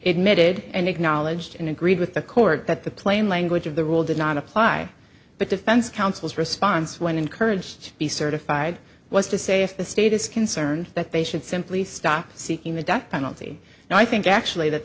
mitigated and acknowledged and agreed with the court that the plain language of the rule did not apply but defense counsel's response when encouraged to be certified was to say if the state is concerned that they should simply stop seeking the death penalty and i think actually that